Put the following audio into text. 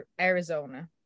Arizona